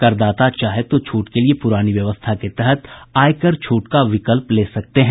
करदाता चाहे तो छूट के लिए पुरानी व्यवस्था के तहत आयकर छूट का विकल्प ले सकते हैं